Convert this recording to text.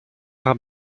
par